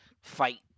fight